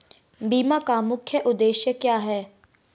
बीमा का मुख्य उद्देश्य क्या है?